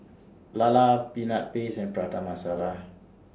Lala Peanut Paste and Prata Masala